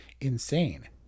insane